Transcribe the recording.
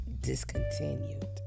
Discontinued